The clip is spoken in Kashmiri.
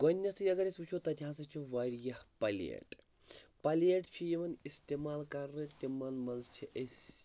گۄڈٕنٮ۪تھٕے اَگر أسۍ وٕچھو تَتہِ ہسا چھِ واریاہ پَلیٹ پَلیٹ چھِ یِوان استعمال کَرنہٕ تِمَن منٛز چھِ أسۍ